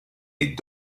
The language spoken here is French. est